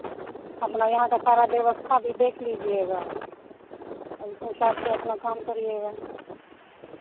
अपना यहाँ का सारा व्यवस्था भी देख लीजिएगा और उसी हिसाब से अपना काम करिएगा